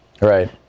right